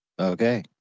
Okay